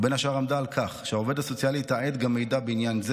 ובין השאר עמדה על כך שהעובד הסוציאלי יתעד גם מידע בעניין זה,